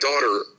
daughter